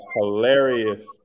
Hilarious